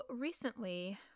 recently